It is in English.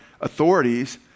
authorities